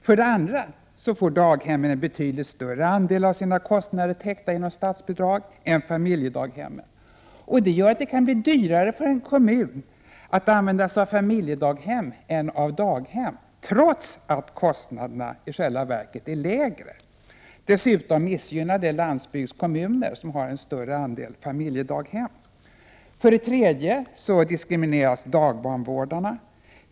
För det andra får daghemmen en betydligt större del av sina kostnader täckta genom statsbidrag än vad familjedaghemmen får. Detta gör att det kan bli dyrare för en kommun att använda sig av familjedaghem än av daghem, trots att kostnaderna i själva verket är lägre. Detta missgynnar dessutom landsbygdskommuner, vilka har en större andel familjedaghem. För det tredje diskrimineras dagbarnvårdarna.